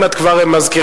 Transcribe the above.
אם את כבר מזכירה,